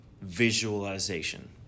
visualization